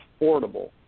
affordable